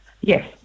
Yes